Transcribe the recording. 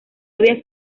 había